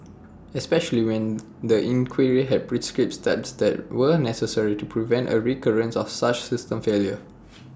especially when the inquiry had prescribed steps that were necessary to prevent A recurrence of such system failure